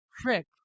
trick